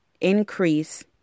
increase